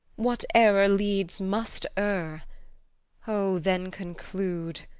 what error leads must err o, then conclude,